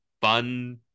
fun